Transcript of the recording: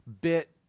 bit